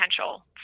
potential